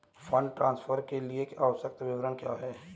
Fund transfer के लिए आवश्यक विवरण क्या हैं?